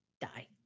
die